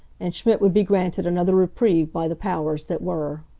and schmidt would be granted another reprieve by the powers that were.